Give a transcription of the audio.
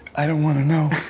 i don't wanna know.